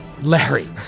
Larry